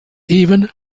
even